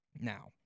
Now